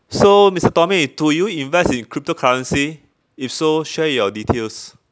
so mister tommy do you invest in cryptocurrency if so share your details